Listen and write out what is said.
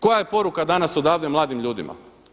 Koja je poruka danas odavde mladim ljudima?